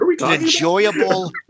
enjoyable